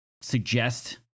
suggest